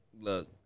Look